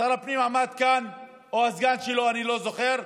שר הפנים או הסגן שלו עמדו כאן, אני לא זוכר: